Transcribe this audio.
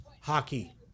hockey